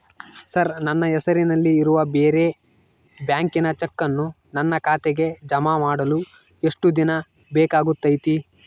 Sir ನನ್ನ ಹೆಸರಲ್ಲಿ ಇರುವ ಬೇರೆ ಬ್ಯಾಂಕಿನ ಚೆಕ್ಕನ್ನು ನನ್ನ ಖಾತೆಗೆ ಜಮಾ ಮಾಡಲು ಎಷ್ಟು ದಿನ ಬೇಕಾಗುತೈತಿ?